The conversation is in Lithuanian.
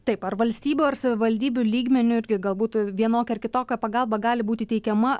taip ar valstybių ar savivaldybių lygmeniu irgi galbūt vienokia ar kitokia pagalba gali būti teikiama